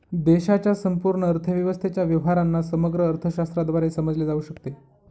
देशाच्या संपूर्ण अर्थव्यवस्थेच्या व्यवहारांना समग्र अर्थशास्त्राद्वारे समजले जाऊ शकते